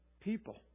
people